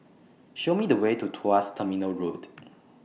Show Me The Way to Tuas Terminal Road